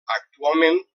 actualment